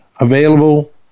available